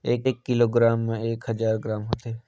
एक किलोग्राम म एक हजार ग्राम होथे